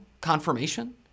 confirmation